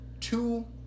two